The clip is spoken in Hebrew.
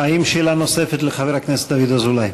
האם יש שאלה נוספת לחבר הכנסת דוד אזולאי?